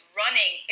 running